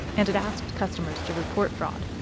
and it asked customers to report fraud.